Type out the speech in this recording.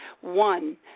One